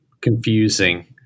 confusing